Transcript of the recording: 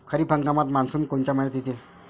खरीप हंगामात मान्सून कोनच्या मइन्यात येते?